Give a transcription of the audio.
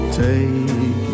take